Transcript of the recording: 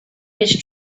his